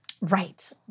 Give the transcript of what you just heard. Right